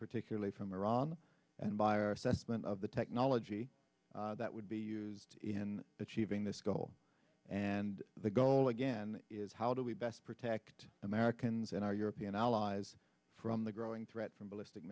particularly from iran and by our assessment of the technology that would be used in achieving this goal and the goal again is how do we best protect americans and our european allies from the growing threat from ballistic